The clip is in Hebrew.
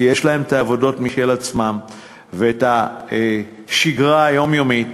כי יש להם את העבודות של עצמם ואת השגרה היומיומית,